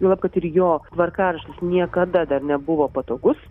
juolab kad ir jo tvarkaraštis niekada dar nebuvo patogus